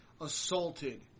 assaulted